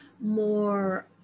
more